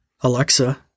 Alexa